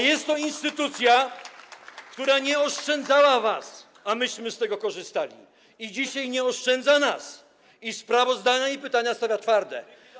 Jest to instytucja, która nie oszczędzała was, a myśmy z tego korzystali, a dzisiaj nie oszczędza nas i sprawozdania, pytania stawia twarde.